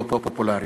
לא פופולריים.